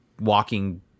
walking